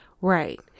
Right